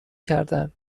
کردن